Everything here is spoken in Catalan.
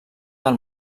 del